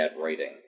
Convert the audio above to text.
writing